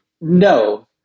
No